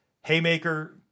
Haymaker